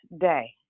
day